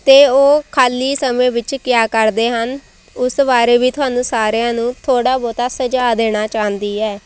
ਅਤੇ ਉਹ ਖਾਲੀ ਸਮੇਂ ਵਿੱਚ ਕਿਆ ਕਰਦੇ ਹਨ ਉਸ ਬਾਰੇ ਵੀ ਤੁਹਾਨੂੰ ਸਾਰਿਆਂ ਨੂੰ ਥੋੜ੍ਹਾ ਬਹੁਤਾ ਸੁਝਾਅ ਦੇਣਾ ਚਾਹੁੰਦੀ ਹੈ